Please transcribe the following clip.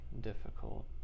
difficult